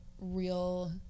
real